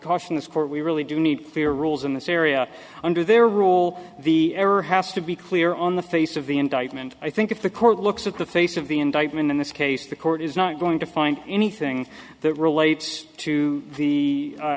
caution this court we really do need clear rules in this area under their rule the error has to be clear on the face of the indictment i think if the court looks at the face of the indictment in this case the court is not going to find anything that relates to the